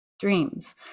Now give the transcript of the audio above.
dreams